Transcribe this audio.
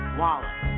wallet